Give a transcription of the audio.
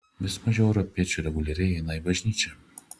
vis mažiau europiečių reguliariai eina į bažnyčią